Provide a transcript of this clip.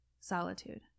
solitude